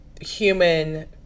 human